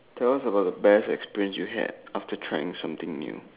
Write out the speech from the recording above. tell us about the best experience you had after trying something new